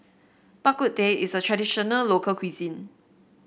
Bak Kut Teh is a traditional local cuisine